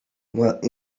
while